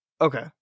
Okay